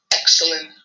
excellent